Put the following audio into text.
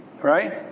Right